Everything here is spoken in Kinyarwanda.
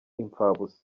imfabusa